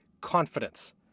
confidence